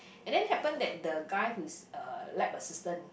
and then happen that the guy who's a lab assistant